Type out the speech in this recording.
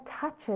touches